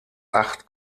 acht